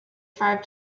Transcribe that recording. five